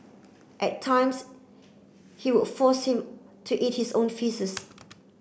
at times he would force him to eat his own faeces